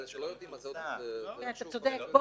ברגע שלא יודעים אז זה עוד --- זה לא מפורסם,